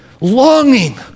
Longing